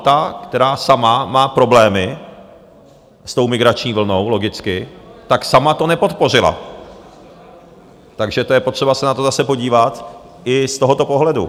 Malta, která sama má problémy s tou migrační vlnou, logicky, sama to nepodpořila, takže to je potřeba se na to zase podívat i z tohoto pohledu.